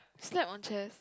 slept on chairs